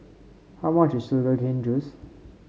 how much is Sugar Cane Juice